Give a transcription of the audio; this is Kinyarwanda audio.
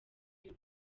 y’u